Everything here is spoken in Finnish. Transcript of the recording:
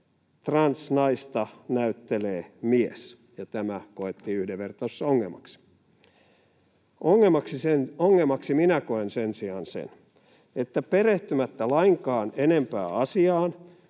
transnaista näyttelee mies, ja tämä koettiin yhdenvertaisuusongelmaksi. Ongelmaksi minä koen sen sijaan sen, että perehtymättä lainkaan enempää asiaan